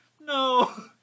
no